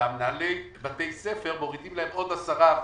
שהרשויות המקומיות מורידות למנהלי בתי הספר עוד 10%,